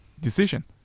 decision